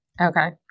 Okay